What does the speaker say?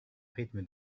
rythme